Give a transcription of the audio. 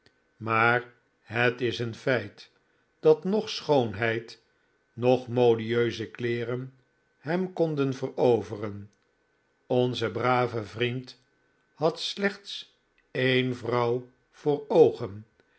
maar het is een feit dat noch schoonheid noch modieuze kleeren hem konden veroveren onze brave vriend had slechts een vrouw voor oogen